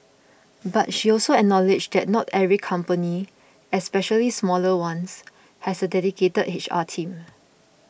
but she also acknowledged that not every company especially smaller ones has a dedicated HR team